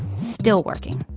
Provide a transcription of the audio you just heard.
still working